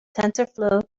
tensorflow